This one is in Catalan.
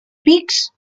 pics